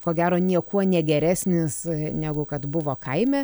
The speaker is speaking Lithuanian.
ko gero niekuo negeresnis negu kad buvo kaime